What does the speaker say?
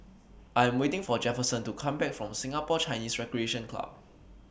I Am waiting For Jefferson to Come Back from Singapore Chinese Recreation Club